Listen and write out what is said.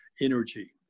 energy